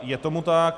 Je tomu tak.